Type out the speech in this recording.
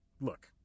look